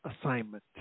assignment